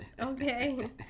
okay